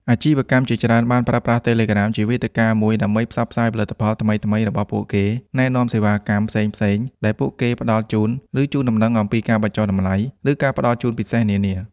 អាជីវកម្មជាច្រើនបានប្រើប្រាស់ Telegram ជាវេទិកាមួយដើម្បី ផ្សព្វផ្សាយផលិតផល ថ្មីៗរបស់ពួកគេ ណែនាំ សេវាកម្ម ផ្សេងៗដែលពួកគេផ្តល់ជូន ឬជូនដំណឹងអំពី ការបញ្ចុះតម្លៃ ឬការផ្តល់ជូនពិសេសនានា។